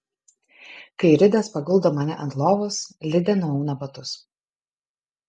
kai ridas paguldo mane ant lovos lidė nuauna batus